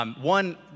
One